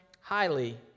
highly